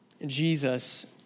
Jesus